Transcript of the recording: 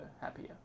happier